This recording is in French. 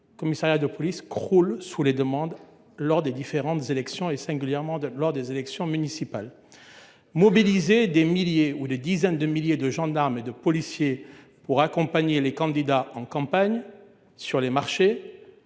les commissariats de police croulent sous les demandes lors des différentes élections, singulièrement lors des élections municipales. Mobiliser des milliers, voire des dizaines de milliers, de gendarmes et de policiers pour accompagner les candidats en campagne sur les marchés